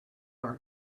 are